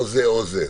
או זה או זה.